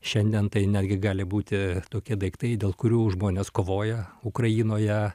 šiandien tai netgi gali būti tokie daiktai dėl kurių žmonės kovoja ukrainoje